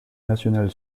nationale